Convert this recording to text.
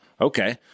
Okay